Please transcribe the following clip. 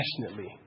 passionately